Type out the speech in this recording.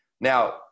Now